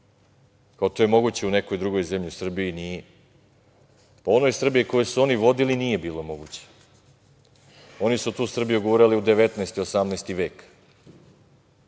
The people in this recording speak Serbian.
kao to je moguće u nekoj drugoj zemlji, u Srbiji nije.U onoj Srbiji koju su oni vodili nije bilo moguće. Oni su tu Srbiju gurali u 18, 19. vek.